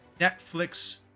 Netflix